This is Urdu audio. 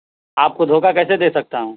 آپ کو دھوکا کیسے دے سکتا ہوں